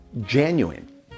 genuine